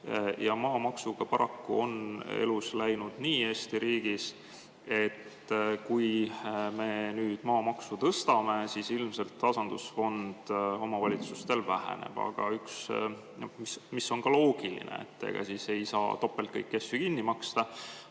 Maamaksuga paraku on läinud Eesti riigis nii, et kui me nüüd maamaksu tõstame, siis ilmselt tasandusfond omavalitsustel väheneb, mis on ka loogiline, sest ega siis ei saa topelt kõiki asju kinni maksta.